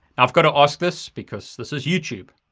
i've gotta ask this, because this is youtube.